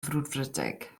frwdfrydig